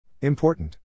Important